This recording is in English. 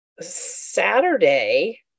Saturday